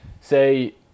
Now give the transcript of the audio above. say